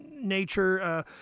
Nature